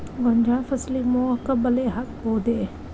ಗೋಂಜಾಳ ಫಸಲಿಗೆ ಮೋಹಕ ಬಲೆ ಹಾಕಬಹುದೇ?